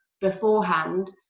beforehand